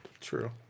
True